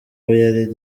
yari